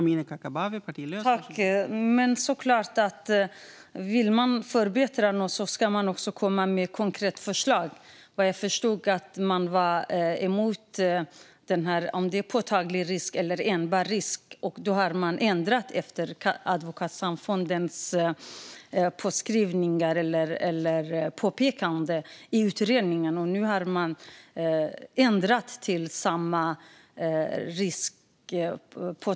Fru talman! Men vill man förbättra något ska man såklart komma med konkreta förslag. Vad jag förstod handlade detta om påtaglig risk eller enbart risk. Efter Advokatsamfundets påpekanden i fråga om utredningen har man ändrat till påtaglig risk.